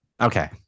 Okay